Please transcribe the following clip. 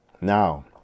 Now